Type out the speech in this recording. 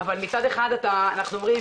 אבל מצד אחד אנחנו אומרים,